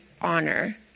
honor